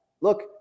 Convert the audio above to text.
look